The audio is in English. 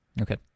Okay